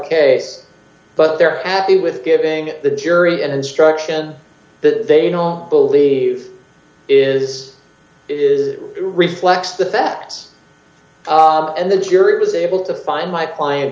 case but they're happy with giving the jury an instruction that they don't believe is is reflects the facts and the jury was able to find my client